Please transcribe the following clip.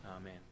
Amen